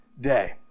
day